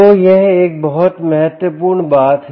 तो यह एक बहुत महत्वपूर्ण बात है